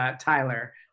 Tyler